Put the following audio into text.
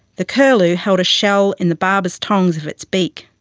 the curlew held a shell in the barber's tongs of its beak.